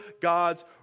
God's